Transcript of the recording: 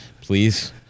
Please